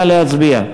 נא להצביע.